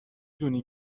دونی